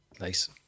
Nice